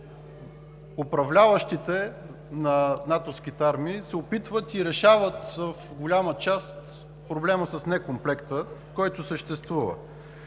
управляващите на натовските армии се опитват и решават в голяма част проблемът с некомплекта, който съществува.